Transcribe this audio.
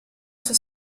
sua